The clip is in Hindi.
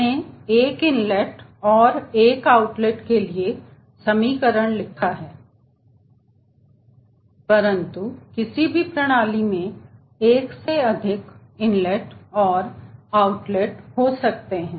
हमने एक इनलेट और एक आउटलेट के लिए समीकरण लिखा है परंतु किसी भी प्रणाली में एक से अधिक इनलेट और आउटलेट हो सकते हैं